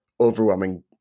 overwhelming